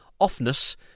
offness